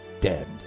dead